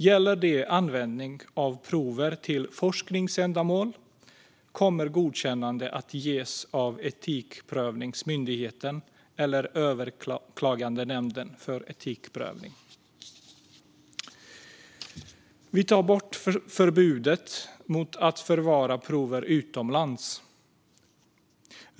Gäller det användning av prover till forskningsändamål kommer godkännande att ges av Etikprövningsmyndigheten eller Överklagandenämnden för etikprövning. Vi tar bort förbudet mot att förvara prover utomlands.